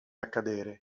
accadere